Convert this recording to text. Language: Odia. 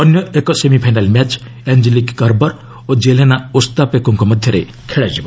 ଅନ୍ୟ ଏକ ସେମିଫାଇନାଲ ମ୍ୟାଚ୍ ଆଞ୍ଜେଲିକ କର୍ବର ଓ ଜେଲେନା ଓସ୍ତାପେଙ୍କୋଙ୍କ ମଧ୍ୟରେ ଖେଳାଯିବ